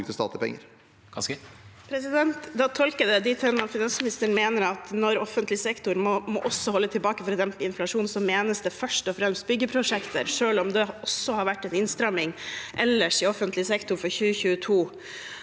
jeg det dit hen at finansministeren mener at når offentlig sektor også må holde tilbake for å dempe inflasjonen, menes det først og fremst byggeprosjekter, selv om det også har vært en innstramming ellers i offentlig sektor for 2022.